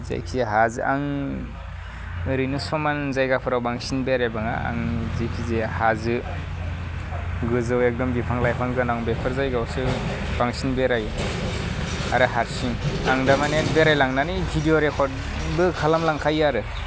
जायखिजा हाजो आं ओरैनो समान जायगाफ्राव बांसिन बेराय बाङा आं जेखिजाया हाजो गोजौ एगदम बिफां लाइफां गोनां बेफोर जायगायावसो बांसिन बेरायो आरो हारसिं आं दामाने बेराय लांनानै भिदिअ रेकर्टबो खालाम लांखायो आरो